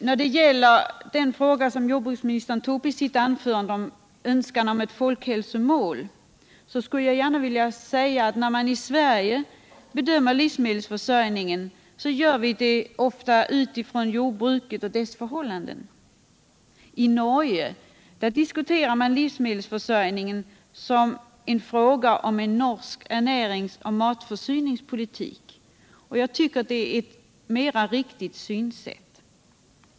När det gäller den önskan som jordbruksministern tog upp i sitt anförande om ett folkhälsomål skulle jag vilja säga att då man i Sverige bedömer livmedelsförsörjningen gör man det ofta utifrån jordbruket och dess förhållanden. I Norge diskuterar man livsmedelsförsörjningen som en fråga om en norsk näringsoch matförsörjningspolitik. Det är ett mera riktigt synsätt.